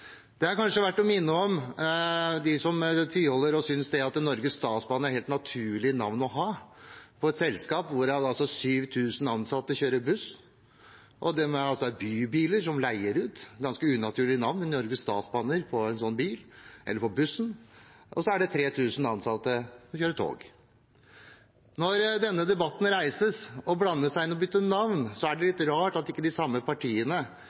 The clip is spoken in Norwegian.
Det er kanskje verdt å minne dem som tviholder på navnet Norges Statsbaner og synes det er et helt naturlig navn å ha på et selskap hvor 7 000 ansatte kjører buss, og som leier ut bybiler – og så er det 3 000 ansatte som kjører tog – på at Norges Statsbaner blir et ganske unaturlig navn på en slik bil eller buss. Når denne debatten reises, og man blander seg inn i bytte av navn, er det litt rart at ikke flere av de samme partiene